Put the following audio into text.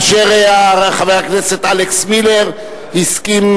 כאשר חבר הכנסת מילר הסכים,